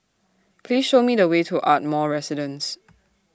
Please Show Me The Way to Ardmore Residence